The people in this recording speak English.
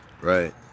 right